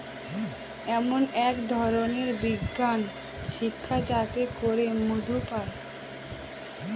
এমন এক ধরনের বিজ্ঞান শিক্ষা যাতে করে মধু পায়